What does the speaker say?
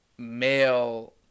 male